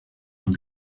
from